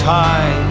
high